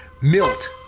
Milt